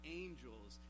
angels